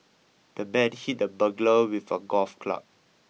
the man hit the burglar with a golf club